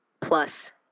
plus